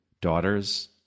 daughters